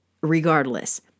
Regardless